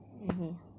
mmhmm